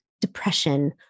depression